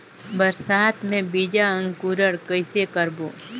बरसात मे बीजा अंकुरण कइसे करबो?